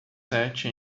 sete